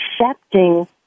accepting